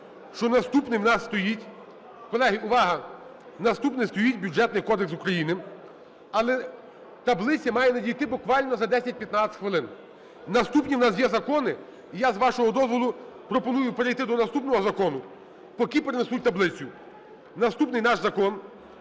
Наступним стоїть Бюджетний кодекс України. Але таблиця має надійти буквально за 10-15 хвилин. Наступні у нас є закони. І я, з вашого дозволу, пропоную перейти до наступного закону, поки принесуть таблицю. Наступний наш закон